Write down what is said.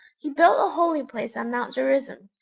he built a holy place on mount gerizim,